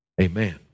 Amen